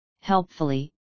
helpfully